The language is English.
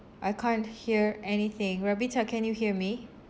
I can't hear anything ravita can you hear me